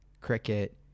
Cricket